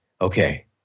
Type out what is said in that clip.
okay